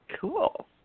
Cool